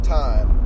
time